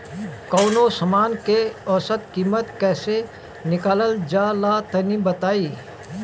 कवनो समान के औसत कीमत कैसे निकालल जा ला तनी बताई?